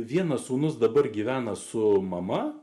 vienas sūnus dabar gyvena su mama